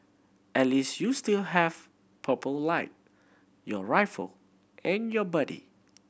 at least you still have Purple Light your rifle and your buddy